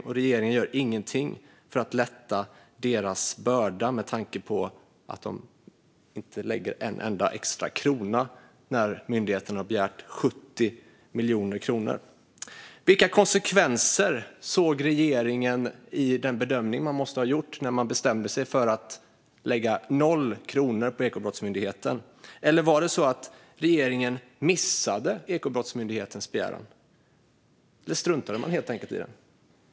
Men regeringen gör ingenting för att lätta deras börda, eftersom de inte lägger en enda extra krona när myndigheten har begärt 70 miljoner kronor. Vilka konsekvenser såg regeringen i den bedömning man måste ha gjort när man bestämde sig för att lägga noll kronor på Ekobrottsmyndigheten? Var det så att regeringen missade Ekobrottsmyndighetens begäran, eller struntade man helt enkelt i den?